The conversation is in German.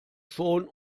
schon